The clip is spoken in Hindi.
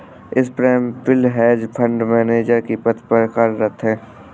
स्वप्निल हेज फंड मैनेजर के पद पर कार्यरत है